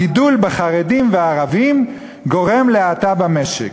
הגידול בשיעור החרדים והערבים גורם להאטה במשק.